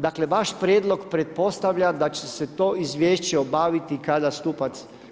Dakle vaš prijedlog pretpostavlja da će se to izvješće obaviti kada